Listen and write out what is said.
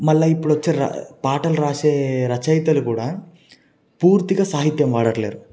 మళ్ళీ ఇప్పుడు వచ్చే రా పాటలు రాసే రచయితలు కూడా పూర్తిగా సాహిత్యం పాడట్లేరు